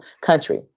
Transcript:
country